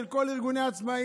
של כל אותם ארגוני עצמאים,